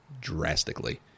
drastically